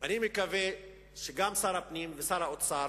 אני מקווה שגם שר הפנים וגם שר האוצר,